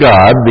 God